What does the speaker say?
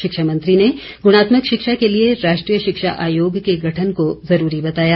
शिक्षा मंत्री ने गुणात्मक शिक्षा के लिए राष्ट्रीय शिक्षा आयोग के गठन को ज़रूरी बताया